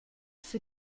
für